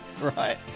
right